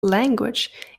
language